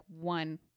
one